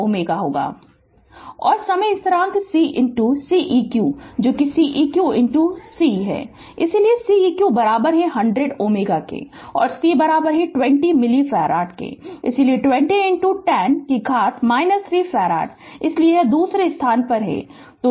Refer Slide Time 0521 और समय स्थिरांक C R eq है जो R eq C है इसलिए R eq 100 Ω और C 20 मिलीफ़ारड इसलिए 20 10 घात 3 फ़राड इसलिए यह दूसरे स्थान पर है